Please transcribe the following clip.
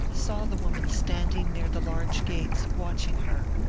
saw the woman standing near the large gates watching her,